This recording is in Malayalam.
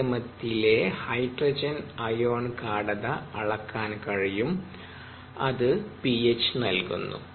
മാധ്യമത്തിലെ ഹൈഡ്രജൻ അയോൺ ഗാഢത അളക്കാൻ കഴിയും അത് pH നൽകുന്നു